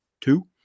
two-